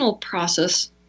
process